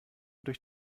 durch